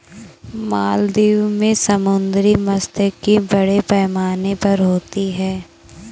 मालदीव में समुद्री मात्स्यिकी बड़े पैमाने पर होती होगी